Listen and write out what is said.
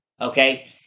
okay